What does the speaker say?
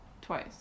twice